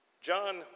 John